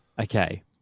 Okay